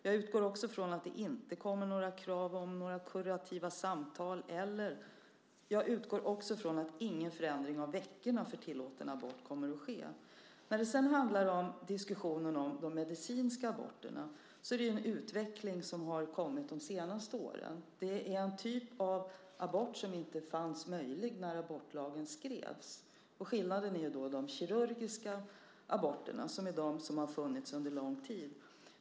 Jag utgår också ifrån att det inte kommer några krav om några kurativa samtal, och jag utgår också ifrån att ingen förändring av veckorna för tillåten abort kommer att ske. När det gäller diskussionen om de medicinska aborterna vill jag säga att det är en utveckling som har kommit de senaste åren. Det är en typ av abort som inte fanns när abortlagen skrevs. De kirurgiska aborterna har funnits under lång tid.